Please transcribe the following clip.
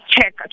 check